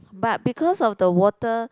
but because of the water